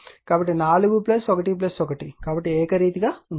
కాబట్టి 4 1 1 కాబట్టి ఏకరీతిగా ఉంటుంది